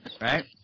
Right